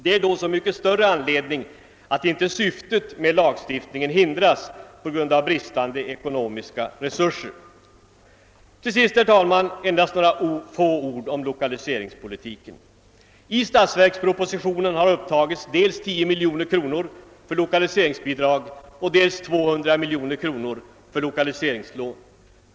Det är då så mycket större anledning att inte syftet med lagstiftningen hindras på grund av bristande ekonomiska resurser. Till sist, herr talman, endast några få ord om lokaliseringspolitiken. I statsverkspropositionen har upptagits dels 10 miljoner kronor för lokaliseringsbidrag, dels 200 miljoner kronor för lokaliseringslån.